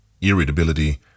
irritability